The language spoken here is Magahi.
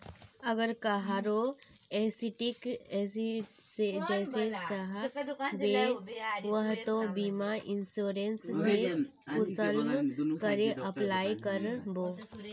अगर कहारो एक्सीडेंट है जाहा बे तो बीमा इंश्योरेंस सेल कुंसम करे अप्लाई कर बो?